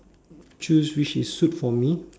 choose which is suit for me